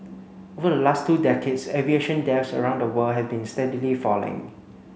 over the last two decades aviation deaths around the world have been steadily falling